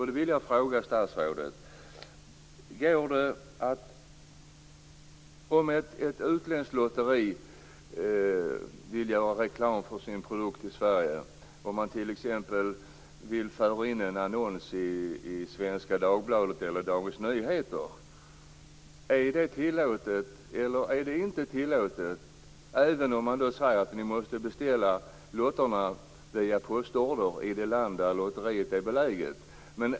Då vill jag fråga statsrådet: Om ett utländskt lotteri vill göra reklam för sin produkt i Sverige och vill annonsera i Svenska Dagbladet eller Dagens Nyheter, är det tillåtet eller är det inte tillåtet, även om det klart utsägs att lotterna måste beställas via postorder från det land där lotteriet är beläget?